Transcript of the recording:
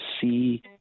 see